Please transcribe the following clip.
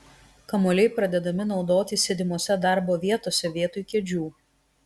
kamuoliai pradedami naudoti sėdimose darbo vietose vietoj kėdžių